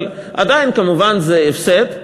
אבל עדיין כמובן זה הפסד,